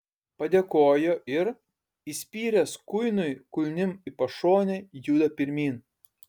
padėkojo ir įspyręs kuinui kulnim į pašonę juda pirmyn